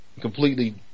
completely